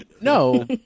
No